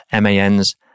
MAN's